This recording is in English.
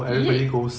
is it